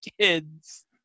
kids